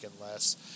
less